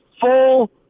full